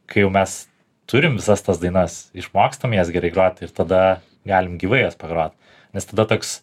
kai jau mes turim visas tas dainas išmokstam jas gerai groti ir tada galim gyvai jas pagrot nes tada toks